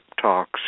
talks